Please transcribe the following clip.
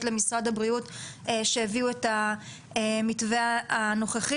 למשרד הבריאות שהביאו את המתווה הנוכחי,